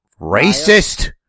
racist